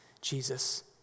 Jesus